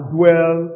dwell